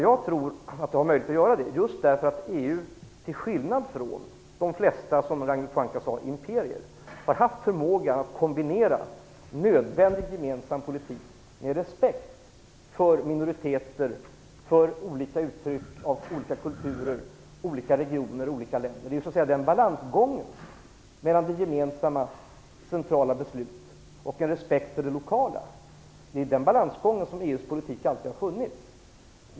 Jag tror att det har möjlighet att göra det just därför att EU till skillnad från de flesta imperier, som Ragnhild Pohanka sade, har haft förmågan att kombinera nödvändig gemensam politik med respekt för minoriteter och för uttryck från olika kulturer, olika regioner och olika länder. Det är i den balansgången mellan gemensamma centrala beslut och en respekt för det lokala som EU:s politik alltid har funnits.